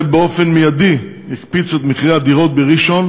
זה באופן מיידי הקפיץ את מחירי הדירות בראשון